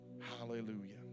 Hallelujah